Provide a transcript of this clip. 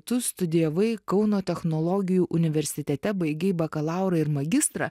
tu studijavai kauno technologijų universitete baigei bakalaurą ir magistrą